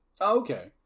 Okay